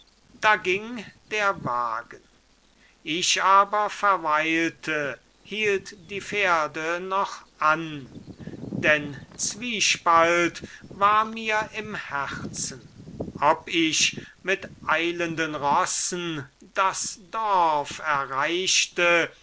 da ging der wagen ich aber verweilte hielt die pferde noch an denn zwiespalt war mir im herzen ob ich mit eilenden rossen das dorf erreichte